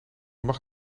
mag